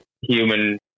human